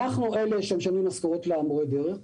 אלה שמשלמים משכורות למורי הדרך.